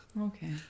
Okay